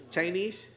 Chinese